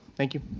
thank you.